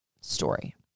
story